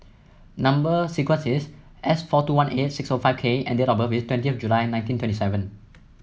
number sequence is S four two one eight six O five K and date of birth is twenty July nineteen twenty seven